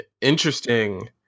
interesting